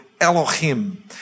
Elohim